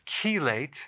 chelate